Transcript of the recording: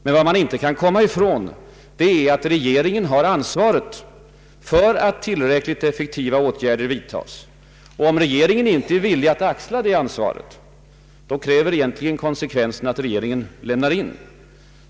Man kan dock inte komma ifrån att det är regeringen som har ansvaret för att tillräckligt effektiva åtgärder vidtas. Om regeringen inte är villig att axla det ansvaret kräver konsekvenserna att regeringen lämnar in.